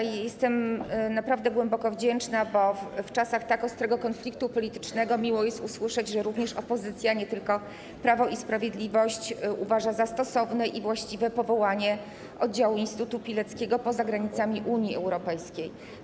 Jestem naprawdę głęboko wdzięczna, bo w czasach tak ostrego konfliktu politycznego miło jest usłyszeć, że również opozycja, nie tylko Prawo i Sprawiedliwość, uważa za stosowne i właściwe powołanie oddziału instytutu Pileckiego poza granicami Unii Europejskiej.